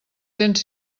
cents